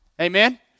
Amen